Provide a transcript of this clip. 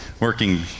working